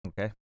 okay